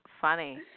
funny